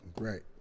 Right